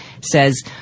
says